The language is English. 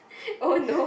oh no